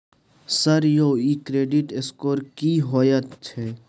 Sir यौ इ credit score की होयत छै?